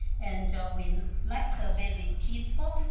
and we like the very peaceful,